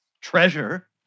treasure